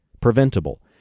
Preventable